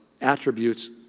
attributes